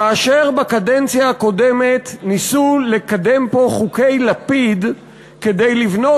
כאשר בקדנציה הקודמת ניסו לקדם פה "חוקי לפיד" כדי לבנות